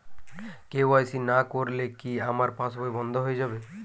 KYC না করলে কি আমার পাশ বই বন্ধ হয়ে যাবে?